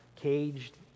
caged